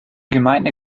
gemeinde